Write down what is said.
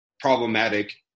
problematic